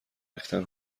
ریختن